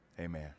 Amen